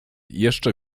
jeszcze